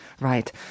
Right